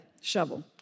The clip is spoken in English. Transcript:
shovel